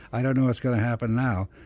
i don't know what's going to happen now,